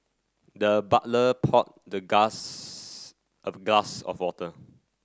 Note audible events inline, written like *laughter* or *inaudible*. the butler poured the *unintelligible* a glass of water